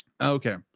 okay